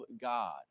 God